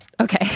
Okay